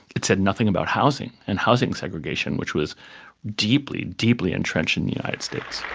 it said nothing about housing and housing segregation, which was deeply, deeply entrenched in the united states.